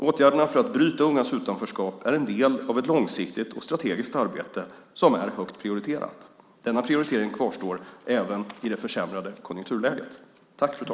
Åtgärderna för att bryta ungas utanförskap är en del av ett långsiktigt och strategiskt arbete som är högt prioriterat. Denna prioritering kvarstår även i det försämrade konjunkturläget.